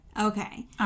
Okay